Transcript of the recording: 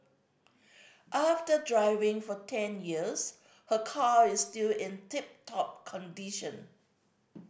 after driving for ten years her car is still in tip top condition